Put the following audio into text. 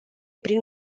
prin